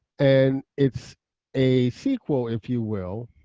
and it's a sequel, if you will,